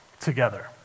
together